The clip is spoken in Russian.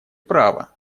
права